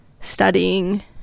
studying